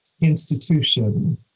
institution